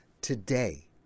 today